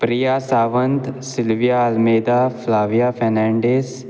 Priya Sawant Silvia Almeida Flavia Fernandes